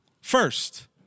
First